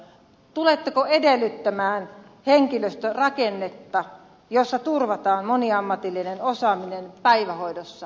tuletteko edellyttämään henkilöstörakennetta jossa turvataan moniammatillinen osaaminen päivähoidossa sekä varhaiskasvatuksessa